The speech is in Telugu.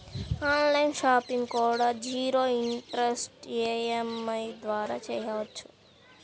ఆన్ లైన్ షాపింగ్ కూడా జీరో ఇంటరెస్ట్ ఈఎంఐ ద్వారా చెయ్యొచ్చు